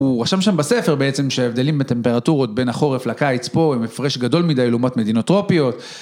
הוא רשם שם בספר בעצם שההבדלים בטמפרטורות בין החורף לקיץ פה הם הפרש גדול מדי לעומת מדינות טרופיות.